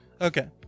okay